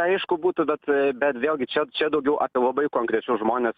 aišku būtų bet bet vėlgi čia čia daugiau apie labai konkrečius žmones